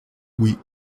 oui